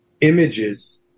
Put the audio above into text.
images